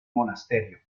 monasterio